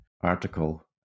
article